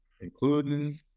including